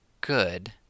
good